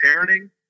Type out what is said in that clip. parenting